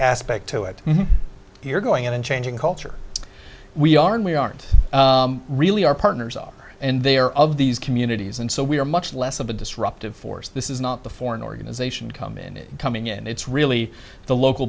aspect to it here going in and changing culture we are and we aren't really our partners up and they are of these communities and so we are much less of a disruptive force this is not the foreign organization come in coming in it's really the local